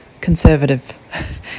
conservative